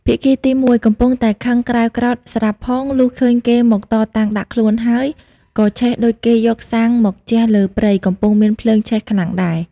ភាគីទី១ កំពុងតែខឹងក្រេវក្រោធស្រាប់ផង លុះឃើញគេមកតតាំងដាក់ខ្លួនហើយ ក៏ឆេះដូចគេយកសាំងមកជះលើព្រៃកំពុងមានភ្លើងឆេះខ្លាំងដែរ ។